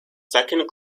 second